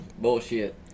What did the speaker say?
Bullshit